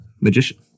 magician